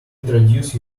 introduce